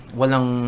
walang